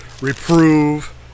reprove